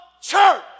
church